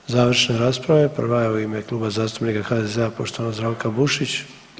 Završne rasprava, prva je u ime Kluba zastupnika HDZ-a poštovana Zdravka Bušić.